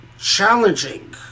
challenging